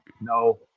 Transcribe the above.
No